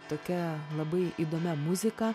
tokia labai įdomia muzika